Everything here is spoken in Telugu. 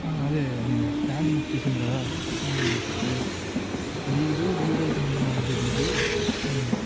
అదే నేను ప్యాంట్ బుక్ చేశాను కదా అదే అది ఈరోజు డెలివరీ అవుతుంది మా ఊరి దగ్గరికి